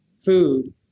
food